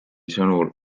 sõnul